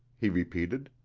he repeated,